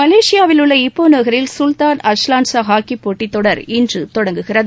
மலேசியாவில் உள்ள இப்போ நகரில் சுல்தான் அஸ்லான்ஷா ஹாக்கிப் போட்டித்தொடர் இன்று தொடங்குகிறது